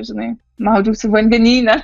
žinai maudžiausi vandenyne